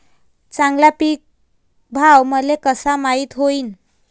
चांगला पीक भाव मले कसा माइत होईन?